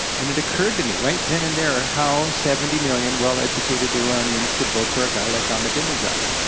and it occurred to me, right then and there, how seventy million well-educated iranians could vote for a guy like ahmadinejad.